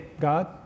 God